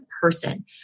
person